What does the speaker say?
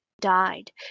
died